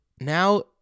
now